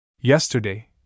Yesterday